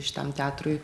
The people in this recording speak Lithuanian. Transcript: šitam teatrui